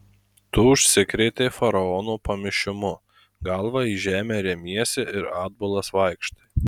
tu užsikrėtei faraono pamišimu galva į žemę remiesi ir atbulas vaikštai